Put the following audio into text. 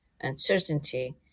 uncertainty